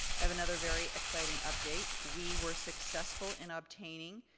i have another very exciting update. we were successful in obtaining,